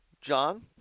John